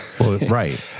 right